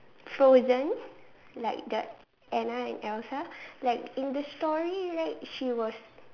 frozen like the Anna and Elsa like in the story right she was